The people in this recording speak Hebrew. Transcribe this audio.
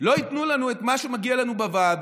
לא ייתנו לנו את מה שמגיע לנו בוועדה,